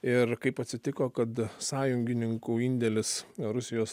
ir kaip atsitiko kad sąjungininkų indėlis rusijos